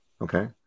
okay